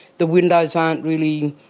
the windows aren't really.